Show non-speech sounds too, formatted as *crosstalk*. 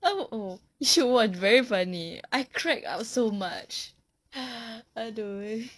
ah oh you should was very funny I crack up so much *breath* !aduh!